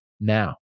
now